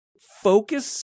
focus